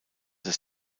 des